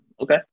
okay